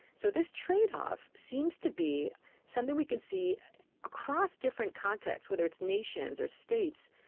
so this trade-off seems to be something we can see across different contexts, whether its nations or states,